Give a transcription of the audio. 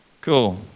Cool